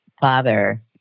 father